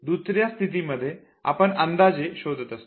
दुसऱ्या परिस्थिती मध्ये आपण अंदाजे शोधत असतो